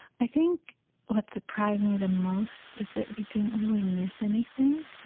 i think what surprised me the most is that we didn't really miss anything.